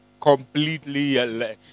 Completely